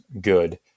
good